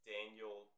Daniel